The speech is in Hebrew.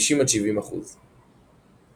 50%–70%